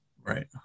Right